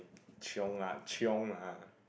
chiong ah chiong ah